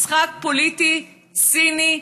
משחק פוליטי ציני,